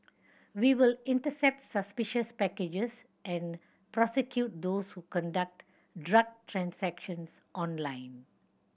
we will intercept suspicious packages and prosecute those who conduct drug transactions online